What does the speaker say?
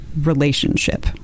relationship